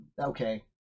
okay